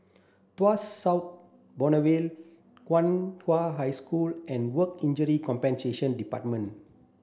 Tuas South Boulevard Nan Hua High School and Work Injury Compensation Department